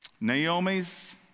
Naomi's